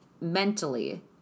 mentally